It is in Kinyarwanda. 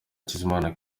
hakizimana